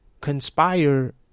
conspire